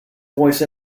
voice